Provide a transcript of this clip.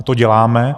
To děláme.